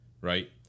Right